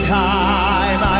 time